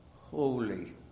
Holy